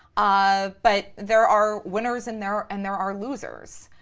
um but there are winners and there and there are losers.